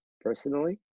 personally